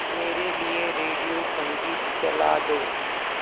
मेरे लिए रेडियो संगीत चला दो